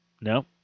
No